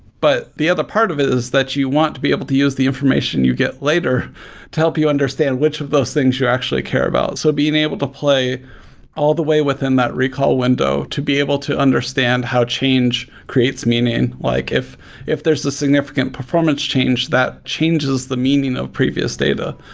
but the other part of it is that you want to be able to use the information you get later to help you understand which of those things you actually care about. so being able to play all the way within that recall window to be able to understand how change creates meaning. like if if there's a significant performance change, that changes the meaning of previous data,